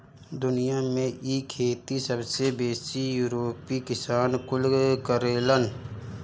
दुनिया में इ खेती सबसे बेसी यूरोपीय किसान कुल करेलन